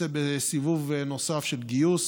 אנחנו נצא בסיבוב נוסף של גיוס